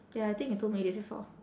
ya I think you told me this before